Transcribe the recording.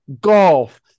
golf